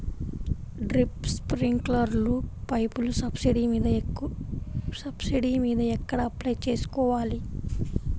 Drip, స్ప్రింకర్లు పైపులు subsidy మీద ఎక్కడ అప్లై చేసుకోవాలి?